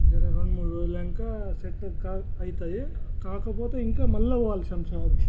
జర రెండు మూడు రోజులు అయినాక సెట్ కాక్ అవుతాయి కాకపోతే ఇంకా మళ్ళా పోవాలి శంషాబాద్కి